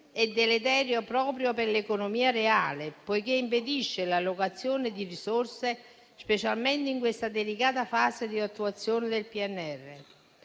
è deleteria proprio per l'economia reale, poiché impedisce l'allocazione di risorse, specialmente in questa delicata fase di attuazione del PNRR.